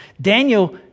Daniel